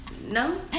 No